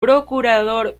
procurador